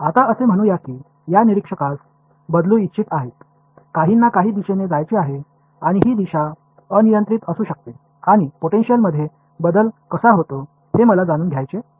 आता असे म्हणू या की या निरीक्षकास बदलू इच्छित आहेत काहींना काही दिशेने जायचे आहे आणि ही दिशा अनियंत्रित असू शकते आणि पोटेन्शिअलमध्ये बदल कसा होतो हे मला जाणून घ्यायचे आहे